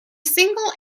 single